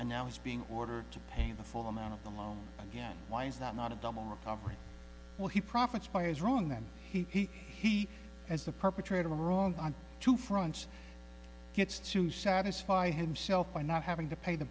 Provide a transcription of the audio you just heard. and now he's being ordered to pay the full amount of the loan again why is that not a double recovery will he profits by is wrong then he he as the perpetrator wrong on two fronts gets to satisfy himself by not having to